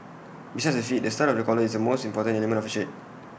besides the fit the style of the collar is the most important element of A shirt